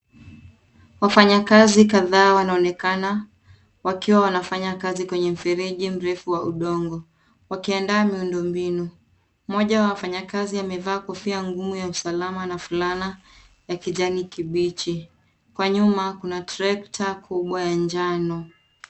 Wafanyakazi kadhaa wanaonekana wakiwa wanafanya kazi kwenye mferiji mrefu wa udongo wakiandaa miundo mbinu. Mmoja wa wafanyakazi amevaa kofia ngumu ya usalama na fulana ya kijani kibichi. Kwa nyuma, kuna trekta kubwa ya njano.